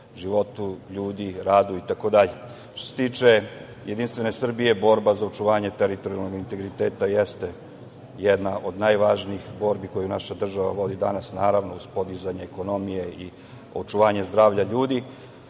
životu ljudi, radu i tako dalje. Što se tiče JS borba za očuvanje teritorijalnog integriteta jeste jedan od najvažnijih borbi koju naša država vodi danas, naravno, uz podizanje ekonomije i očuvanja zdravlja ljudi.